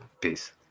Peace